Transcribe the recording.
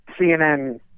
CNN